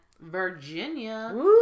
Virginia